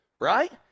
right